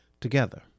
together